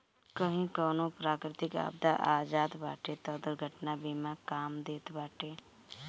कही कवनो प्राकृतिक आपदा आ जात बाटे तअ दुर्घटना बीमा काम देत बाटे